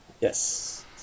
Yes